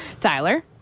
Tyler